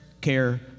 care